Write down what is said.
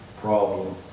problem